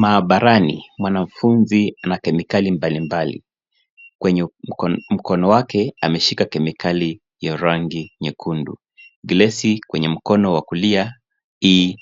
Maabarani mwanafunzi ana kemikali mbalimbali. Kwenye mkono wake ameshika kemikali ya rangi nyekundu. Glesi kwenye mkono wa kulia i